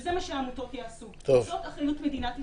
שזה מה שהעמותות יעשו, זאת אחריות מדינת ישראל.